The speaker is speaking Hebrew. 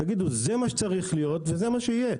תגידו: זה מה שצריך להיות וזה מה שיהיה.